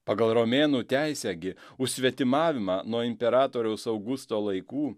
pagal romėnų teisę gi už svetimavimą nuo imperatoriaus augusto laikų